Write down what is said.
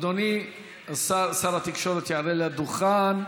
אדוני השר, שר התקשורת, יעלה לדוכן,